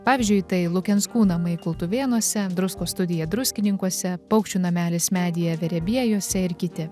pavyzdžiui tai lukenskų namai kultuvėnuose druskų studija druskininkuose paukščių namelis medyje verebiejuose ir kiti